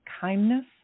kindness